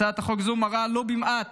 הצעת החוק הזו מראה ולו במעט